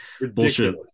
bullshit